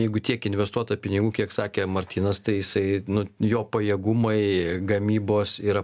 jeigu tiek investuota pinigų kiek sakė martynas tai jisai nu jo pajėgumai gamybos yra